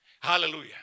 Hallelujah